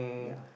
ya